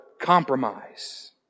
compromise